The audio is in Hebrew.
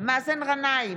מאזן גנאים,